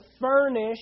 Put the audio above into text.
furnish